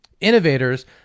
innovators